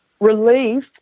relief